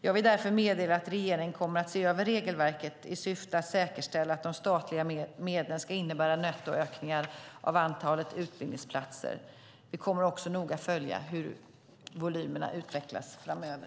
Jag vill därför meddela att regeringen kommer att se över regelverket i syfte att säkerställa att de statliga medlen ska innebära nettoökningar av antalet utbildningsplatser. Vi kommer också att noga följa hur volymerna utvecklas framöver.